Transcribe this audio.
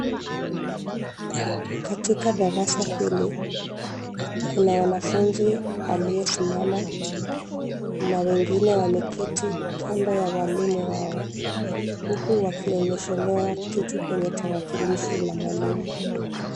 Katika darasa hili kuna mwanafunzi aliye simama na wengine wameketi kando ya walimu wao huku wakionyeshelewa kitu kwenye tarakilishi ya mwalimu.